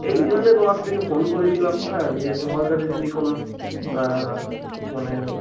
এই জন্য তোমার থেকে ফোন করেছিলাম হ্যাঁ যে তোমার কাছে যদি কোনো মানে